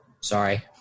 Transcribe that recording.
Sorry